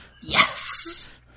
Yes